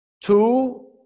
Two